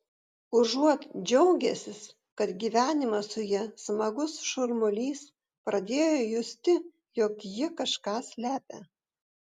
užuot džiaugęsis kad gyvenimas su ja smagus šurmulys pradėjo justi jog ji kažką slepia